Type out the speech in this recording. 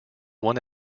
one